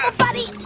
ah buddy.